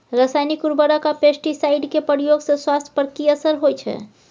रसायनिक उर्वरक आ पेस्टिसाइड के प्रयोग से स्वास्थ्य पर कि असर होए छै?